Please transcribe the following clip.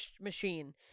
machine